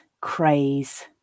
craze